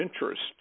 interest